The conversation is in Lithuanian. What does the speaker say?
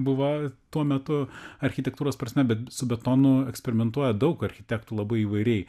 buvo tuo metu architektūros prasme bet su betonu eksperimentuoja daug architektų labai įvairiai